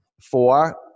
Four